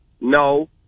No